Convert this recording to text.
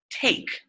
take